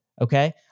Okay